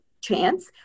chance